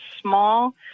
small